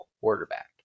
quarterback